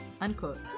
unquote